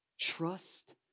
Trust